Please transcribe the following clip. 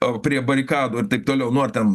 o prie barikadų ir taip toliau nu ar ten